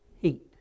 heat